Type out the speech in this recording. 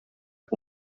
que